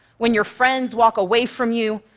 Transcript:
when your friends walk away from you,